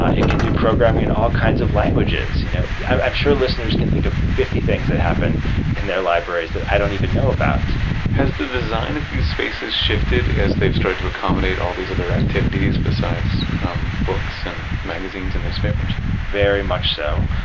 ah it can do program in all kinds of languages. you know yeah i'm sure listeners can think of fifty things that happen in their libraries that i don't even know about has the design of these spaces shifted as they've started to accommodate all these other activities besides books, and magazines, and newspapers? very much so.